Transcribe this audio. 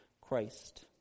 Christ